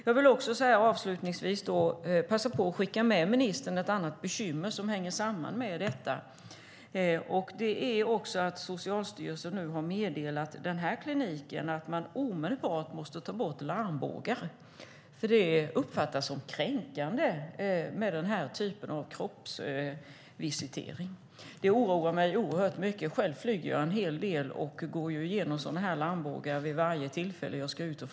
Jag vill avslutningsvis passa på att skicka med ministern en annan fråga som hänger samman med detta. Det är att Socialstyrelsen nu har meddelat den här kliniken att man omedelbart måste ta bort larmbågarna därför att det uppfattas som kränkande med den typen av kroppsvisitering. Det oroar mig oerhört mycket. Själv flyger jag en hel del och går igenom larmbågar varje gång som jag ska flyga.